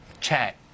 chat